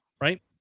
right